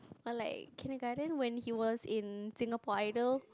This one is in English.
or like kindergarten when he was in Singapore Idol